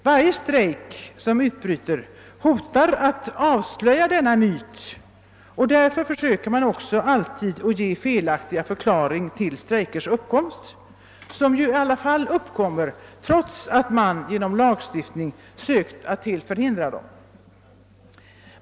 Varje strejk som utbryter hotar att avslöja denna myt, och därför försöker man också alltid att ge felaktiga förklaringar till strejkers uppkomst — ty strejker förekommer i alla fall, trots att man genom lagstiftning sökt att helt förhindra dem.